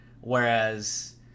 whereas